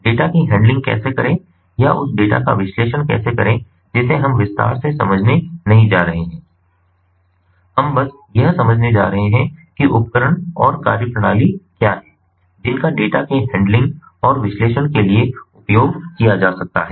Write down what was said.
data की handling कैसे करें या उस डेटा का विश्लेषण कैसे करें जिसे हम विस्तार से समझने नहीं जा रहे हैं हम बस यह समझने जा रहे हैं कि उपकरण और कार्यप्रणाली क्या हैं जिनका डेटा के हैंडलिंग और विश्लेषण के लिए उपयोग किया जा सकता है